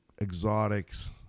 exotics